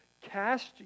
Cast